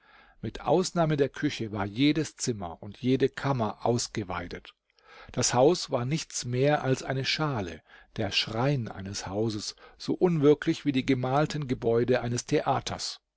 mit ausnahme der küche war jedes zimmer und jede kammer ausgeweidet das haus war nichts mehr als eine schale der schrein eines hauses so unwirklich wie die gemalten gebäude eines theaters